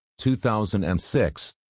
2006